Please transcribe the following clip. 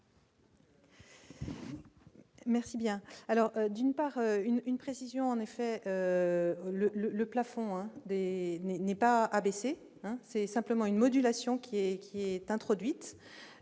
Merci bien alors d'une part, une précision en effet le le le plafond et n'est pas baisser, c'est simplement une modulation qui est qui